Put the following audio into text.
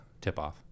tip-off